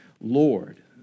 Lord